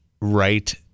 right